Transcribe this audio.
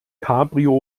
cabrio